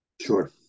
Sure